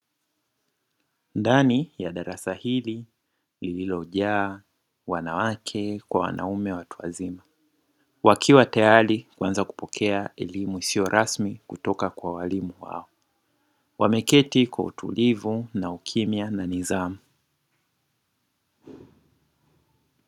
Ndani ya darasa hili lililojaa wanawake kwa wanaume watu wazima, wakiwa tayari kuanza kupokea elimu isiyo rasmi kutoka kwa walimu wao. Wameketi kwa utulivu na ukimya na nidhamu.